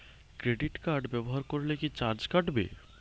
Credit card ব্যাবহার করলে কি চার্জ কাটবে?